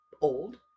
old